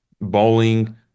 bowling